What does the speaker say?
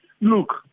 look